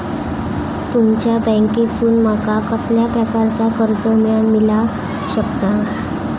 तुमच्या बँकेसून माका कसल्या प्रकारचा कर्ज मिला शकता?